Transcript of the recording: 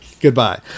goodbye